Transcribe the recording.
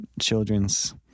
children's